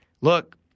look